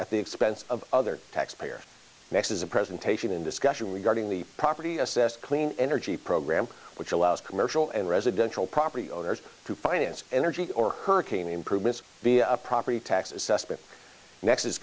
at the expense of other taxpayer maxes a presentation in discussion regarding the property assessed clean energy program which allows commercial and residential property owners to finance energy or hurricane improvements be a property tax assessment nex